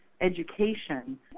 education